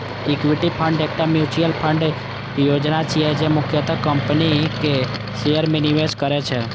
equity fund एकटा mutual fund योजना छियै, जे मुख्यतः कंपनीक शेयर मे निवेश करै छै